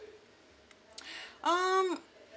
um